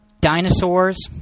dinosaurs